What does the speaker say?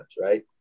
right